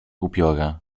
upiora